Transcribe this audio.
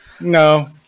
No